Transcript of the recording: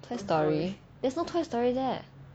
toy story there's no toy story there